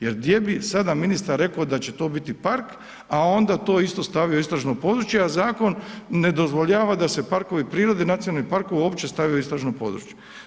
Jer gdje bi sada ministar rekao da će to biti park, a onda to isto stavio u istražno područje, a zakon ne dozvoljavam da se parkovi prirode i nacionalni parkovi uopće stave u istražno područje.